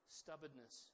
stubbornness